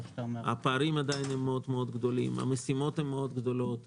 הפערים עדיין גדולים מאוד, המשימות גדולות מאוד.